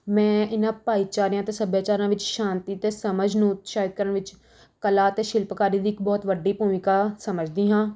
ਮੈਂ ਇਨ੍ਹਾਂ ਭਾਈਚਾਰਿਆਂ ਅਤੇ ਸੱਭਿਆਚਾਰਾਂ ਵਿੱਚ ਸ਼ਾਂਤੀ ਅਤੇ ਸਮਝ ਨੂੰ ਉਤਸ਼ਾਹਿਤ ਕਰਨ ਵਿੱਚ ਕਲਾ ਅਤੇ ਸ਼ਿਲਪਕਾਰੀ ਦੀ ਇੱਕ ਬਹੁਤ ਵੱਡੀ ਭੂਮਿਕਾ ਸਮਝਦੀ ਹਾਂ